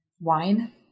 wine